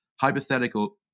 hypothetical